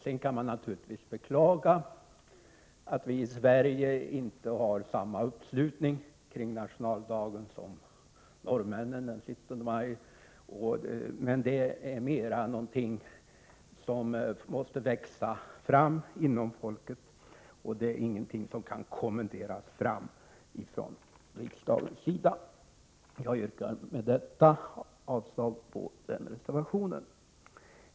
Sedan kan man naturligtvis beklaga att vi i Sverige inte har samma uppslutning kring nationaldagen som norrmännen den 17 maj, men det är något som måste växa fram inom folket och kan inte kommenderas fram av riksdagen. Jag yrkar med detta avslag på reservation 1.